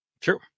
True